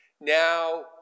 Now